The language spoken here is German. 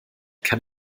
kann